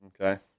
Okay